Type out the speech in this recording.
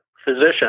physician